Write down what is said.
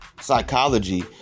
Psychology